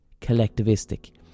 collectivistic